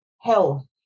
health